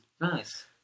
Nice